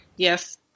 Yes